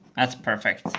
that's perfect!